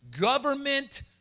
government